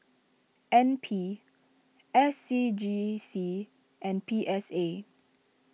N P S C G C and P S A